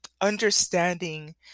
understanding